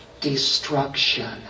destruction